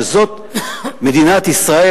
שזאת מדינת ישראל,